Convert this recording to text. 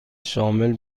شامل